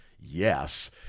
yes